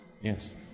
Yes